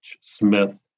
Smith